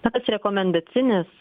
tas rekomendacinis